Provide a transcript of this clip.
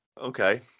okay